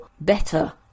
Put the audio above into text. better